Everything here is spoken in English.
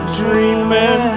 dreaming